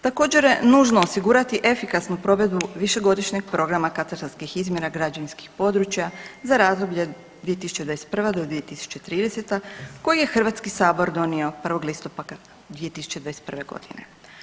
Također je nužno osigurati efikasnu provedbu višegodišnjeg programa katastarskih izmjera građevinskih područja za razdoblje 2021. do 2030. koji je Hrvatski sabor donio 1. listopada 2021. godine.